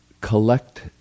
collect